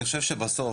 אני חושב שבסוף,